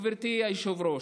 גברתי היושבת-ראש.